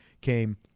came